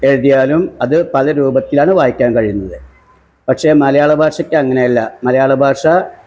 എഴുതിയാലും അതു പല രൂപത്തിലാണ് വായിക്കാൻ കഴിയുന്നത് പക്ഷെ മലയാള ഭാഷയ്ക്ക് അങ്ങനെയല്ല മലയാള ഭാഷാ